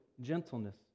gentleness